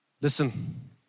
Listen